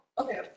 Okay